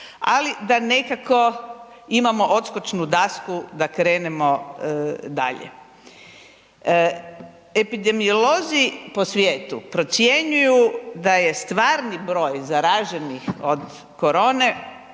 ali da nekako imamo odskočnu dasku da krenemo dalje. Epidemiolozi po svijetu procjenjuju da je stvarni broj zaraženih od korone